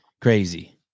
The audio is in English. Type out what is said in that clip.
crazy